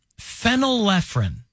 phenylephrine